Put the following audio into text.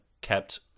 kept